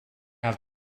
have